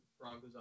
Broncos